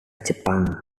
jepang